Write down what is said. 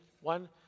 one